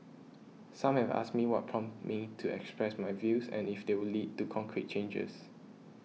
some have asked me what prompted me to express my views and if they would lead to concrete changes